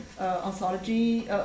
anthology